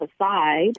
aside